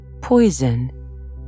poison